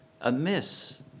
amiss